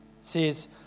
says